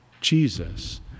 Jesus